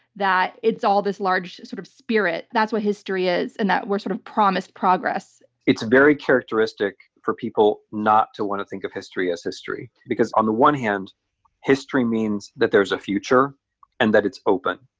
that it's all this large sort of spirit, that's what history is, and that we're sort of promised progress. dr. it's very characteristic for people not to want to think of history as history, because on the one hand history means that there's a future and that it's open.